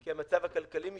כי המצב הכלכלי משתנה.